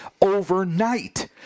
overnight